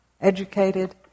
educated